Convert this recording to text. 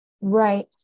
right